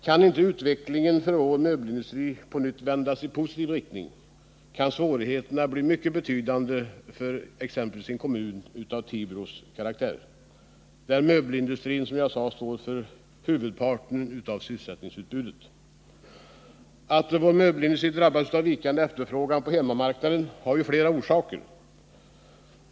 Om inte utvecklingen för vår möbelindustri på nytt kan vändas i positiv riktning blir svårigheterna mycket betydande för en kommun som Tibro, där möbelindustrin — som jag nyss sade — står för huvudparten av sysselsättningsutbudet. Att vår möbelindustri drabbats av vikande efterfrågan på hemmamarknaden har flera orsaker.